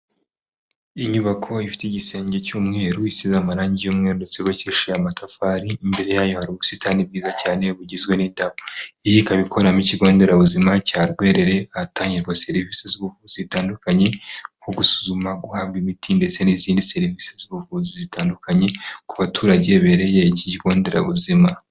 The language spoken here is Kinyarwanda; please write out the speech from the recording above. Inyubako ifite igisenge cy'umweru, isize amarangi y'umweru ndetse yubakishijwe amatafari, imbere yayo hari ubusitani bwiza cyane bugizwe n'indabo. Iyi ikaba ikoramo ikigo nderabuzima cya Rwerere hatangirwa serivisi z'ubuvuzi tandukanye nko gusuzuma, guhabwa imiti ndetse n'izindi serivisi z'ubuvuzi zitandukanye ku baturage babereye ikigo nderabuzima.